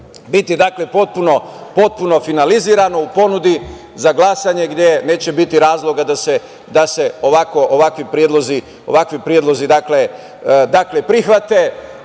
biti potpuno finalizirano, u ponudi za glasanje gde neće biti razloga da se ovakvi predlozi prihvate. Bez